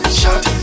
shot